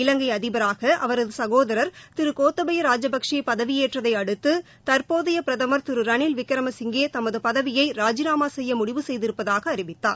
இலங்கை அதிபராக அவரது சகோதரா் திரு கோத்தபைய ராஜபக்ஷே பதவியேற்றதை அடுத்து தற்போதைய பிரதமர் திரு ரணில் விக்ரமசிங்கே தமது பதவியை ராஜிநாமா செய்ய முடிவு செய்திருப்பதாக அறிவித்தார்